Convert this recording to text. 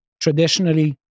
traditionally